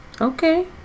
Okay